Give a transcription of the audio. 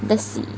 that's se~